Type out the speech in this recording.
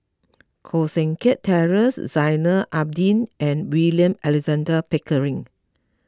Koh Seng Kiat Terence Zainal Abidin and William Alexander Pickering